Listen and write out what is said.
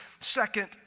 second